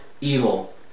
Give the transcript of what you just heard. evil